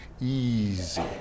easy